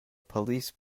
police